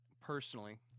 personally